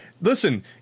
Listen